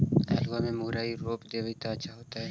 आलुआ में मुरई रोप देबई त अच्छा होतई?